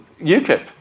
UKIP